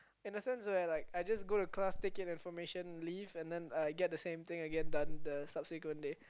in a sense where like I just go to class take in information leave and then I get the same thing again done the subsequent day